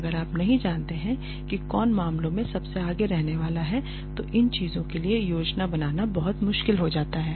अगर आप नहीं जानते हैं कि कौन मामलों में सबसे आगे रहने वाला हैतो इन चीजों के लिए योजना बनाना बहुत मुश्किल हो जाता है